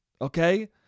Okay